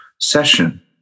session